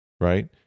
Right